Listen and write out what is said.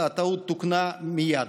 הטעות תוקנה מייד.